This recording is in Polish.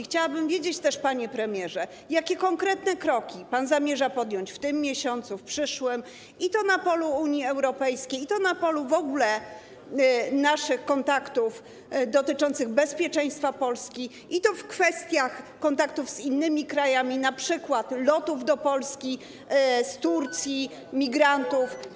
Chciałabym wiedzieć też, panie premierze, jakie konkretne kroki zamierza pan podjąć w tym miesiącu, w przyszłym, i na polu Unii Europejskiej, i na polu w ogóle naszych kontaktów dotyczących bezpieczeństwa Polski, i w kwestiach kontaktów z innymi krajami, np. lotów do Polski z Turcji, migrantów.